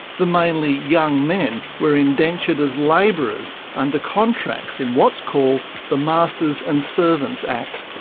the mainly young men were indentured as labourers under contracts in what's called the masters and servants act.